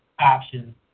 options